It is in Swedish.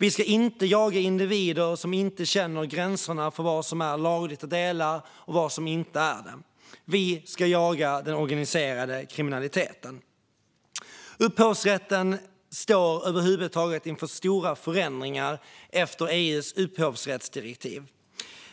Vi ska inte jaga individer som inte känner till gränserna för vad som är lagligt att dela och vad som inte är det. Vi ska jaga den organiserade kriminaliteten. Upphovsrätten står över huvud taget inför stora förändringar efter EU:s upphovsrättsdirektiv.